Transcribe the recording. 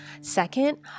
second